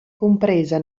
compresa